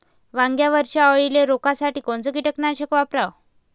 वांग्यावरच्या अळीले रोकासाठी कोनतं कीटकनाशक वापराव?